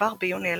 כבר ביוני 1945,